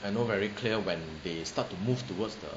I know very clear when they start to move towards the